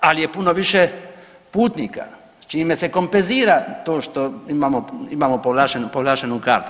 Ali je puno više putnika s čime se kompenzira to što imamo povlaštenu kartu.